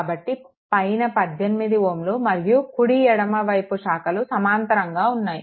కాబట్టి పైన 18 Ω మరియు కుడి ఎడమ వైపు శాఖలు సమాంతరంగా ఉన్నాయి